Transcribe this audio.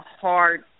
hard